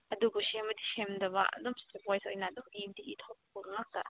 ꯑꯗꯨꯕꯨ ꯁꯦꯝꯕꯗꯤ ꯁꯦꯝꯗꯕ ꯑꯗꯨꯝ ꯏꯁꯇꯦꯞꯋꯥꯏꯁ ꯑꯣꯏꯅ ꯑꯗꯨꯝ ꯏꯕꯗꯤ ꯏꯊꯣꯛꯄ ꯉꯥꯛꯇ